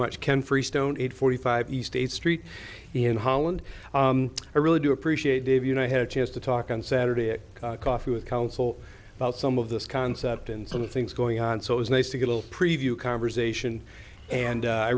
much ken freestone eight forty five east eighth street in holland i really do appreciate dave you know i had a chance to talk on saturday coffee with counsel about some of this concept and some of things going on so it was nice to get a preview conversation and i